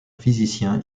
physicien